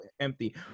empty